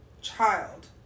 child